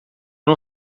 não